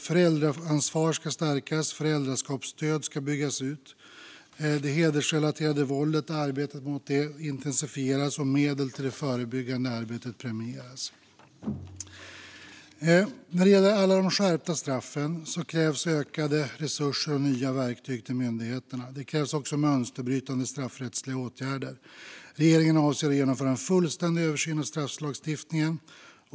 Föräldraansvaret ska stärkas, och föräldraskapsstödet ska byggas ut. Arbetet mot hedersrelaterat våld intensifieras, och medel till det förebyggande arbetet permanentas. När det gäller alla de skärpta straffen krävs ökade resurser och nya verktyg till myndigheterna. Det krävs också mönsterbrytande straffrättsliga åtgärder. Regeringen avser att genomföra en fullständig översyn av strafflagstiftningen.